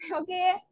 okay